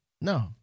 No